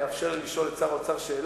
יאפשר לי לשאול את שר האוצר שאלה,